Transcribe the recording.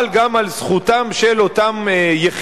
אבל גם על זכותם של אותם יחידים,